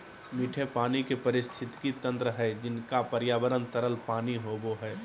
मीठे पानी के पारिस्थितिकी तंत्र हइ जिनका पर्यावरण तरल पानी होबो हइ